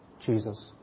Jesus